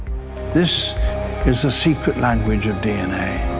this is the secret language of dna.